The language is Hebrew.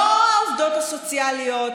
לא העובדות הסוציאליות,